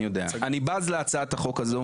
אני בז להצעת החוק הזאת,